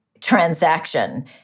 transaction